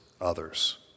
others